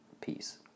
Peace